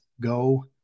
go